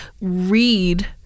read